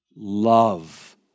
love